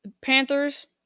Panthers